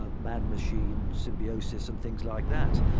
ah mad machines, symbiosis, and things like that.